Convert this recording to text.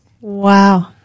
Wow